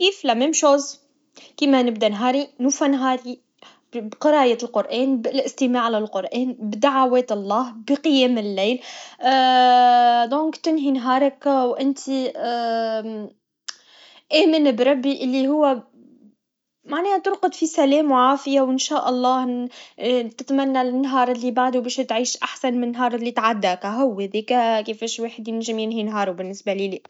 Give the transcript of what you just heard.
في نهاية اليوم، نحب نرتاح مع شوية موسيقى هادئة أو نشوف فيلم. بعدين، نحب نكتب شوية في مذكرتي عن الأشياء اللي صارت، سواء الإيجابية أو السلبية. هكا نحس بالراحة ونقدر نتعلم من التجارب. نحب نطفئ الأنوار مبكرًا، ونشرب شاي دافئ قبل النوم، باش نعدي ليلة هادئة.